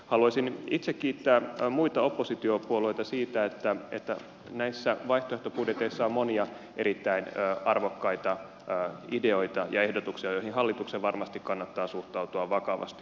haluaisin itse kiittää muita oppositiopuolueita siitä että näissä vaihtoehtobudjeteissa on monia erittäin arvokkaita ideoita ja ehdotuksia joihin hallituksen varmasti kannattaa suhtautua vakavasti